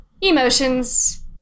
emotions